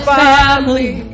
family